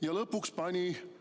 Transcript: ja lõpuks pani